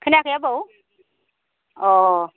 खोनायाखै आबौ अ